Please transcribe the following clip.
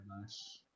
nice